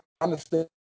understand